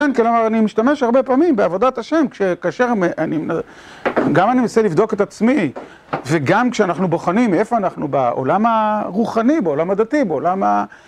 כן, כלומר אני משתמש הרבה פעמים בעבודת השם, כאשר גם אני מנסה לבדוק את עצמי וגם כשאנחנו בוחנים מאיפה אנחנו, בעולם הרוחני, בעולם הדתי, בעולם ה...